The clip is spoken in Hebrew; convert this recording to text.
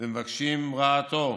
ומבקשים רעתו,